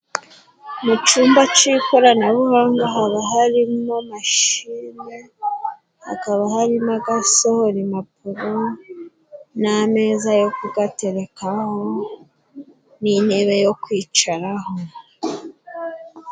Mu cumba c'ikoranabuhanga haba harimo mashine, hakaba harimo n'agasohora impapuro n'ameza yo kugaterekaho n'intebe yo kwicaraho.